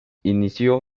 inició